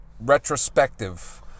retrospective